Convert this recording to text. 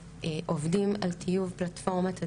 עובדים על טיוב פלטפורמת הדיווח.